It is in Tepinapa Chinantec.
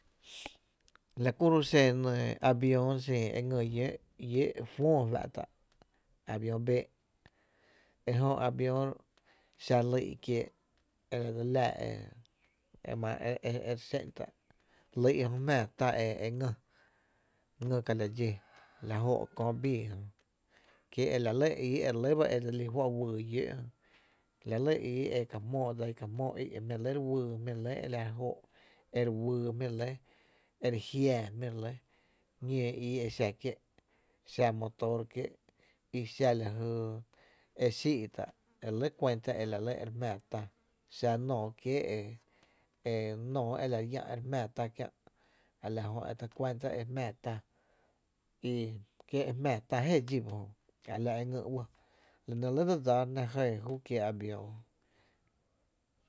La kuro’ xen e nɇ avión xin e ngý llóó’ föö fá’ tá’ avión béé’ ejö avión xa lyy’ kiéé’ e la dse lilaa e ma e re xén’n tá’ lyy’ jö jmⱥⱥ tá e ngý, ngý la la dxí la jó’ kö bii jö, kí e la lɇ ii e re lɇ ba e dse wyy llóo’ jö la lɇ ii e ka jmóo dsa i ka jmóo í’ e jmí’ re lɇ wyy jmí’ re lɇ e la jóó’ e re wyy jmí’ relɇ e re jiaa jmí’ re lɇ, ñoo i ii e xa kié’ xa motor kié’, xa lajy e xíí’ tá’ e la re lɇ kuanta e re jmⱥⱥ tá, xa nóoó kié’, nóoó ela llⱥ’ e re jmⱥⱥ tá kiä’ a la jö e ta kuanta e re jmⱥⱥ tá, i ki e jmⱥⱥ tá jéeé dxíba ejöa la e ngy uɇ la nɇ re lɇ dse dsáána jná jɇɇ júú ekiéé’ avión.